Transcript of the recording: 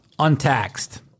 untaxed